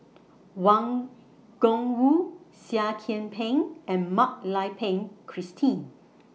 Wang Gungwu Seah Kian Peng and Mak Lai Peng Christine